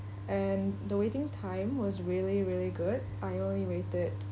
and the waiting time was really really good I only waited